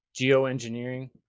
geoengineering